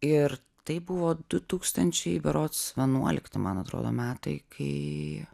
ir tai buvo du tūkstančiai berods vienuolikti man atrodo metai kai